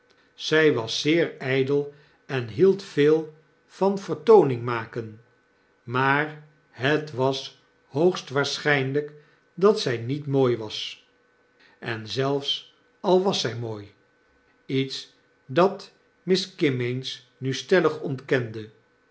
zj was zeer ijdel en hield veel van vertooning maken maar het was hoogst waarschijnlp dat zij niet mooi was en zelfs al was zg mooi iets dat miss kimmeens nu stellig ontkende